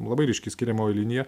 labai ryški skiriamoji linija